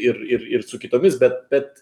ir ir ir su kitomis bet bet